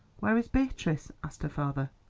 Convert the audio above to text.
where is beatrice? asked her father.